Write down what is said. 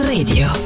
Radio